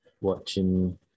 watching